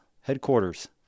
headquarters